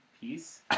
peace